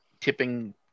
tipping